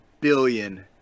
billion